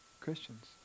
Christians